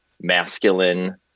masculine